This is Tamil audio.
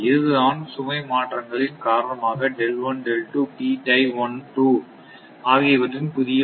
இதுதான் சுமை மாற்றங்களின் காரணமாகஆகியவற்றின் புதிய மதிப்பு